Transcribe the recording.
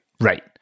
Right